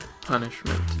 punishment